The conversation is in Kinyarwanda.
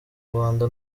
rwanda